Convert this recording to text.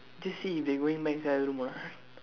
just see if they going Mac's the other room ah